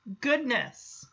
goodness